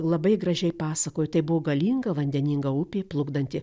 labai gražiai pasakojo tai buvo galinga vandeninga upė plukdanti